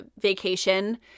vacation